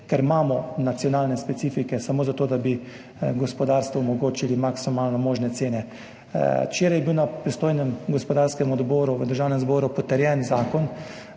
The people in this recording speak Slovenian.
ker imamo nacionalne specifike, samo zato, da bi gospodarstvu omogočili maksimalno možne cene. Včeraj je bil na pristojnem gospodarskem odboru v Državnem zboru potrjen zakon,